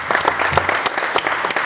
Hvala.